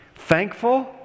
thankful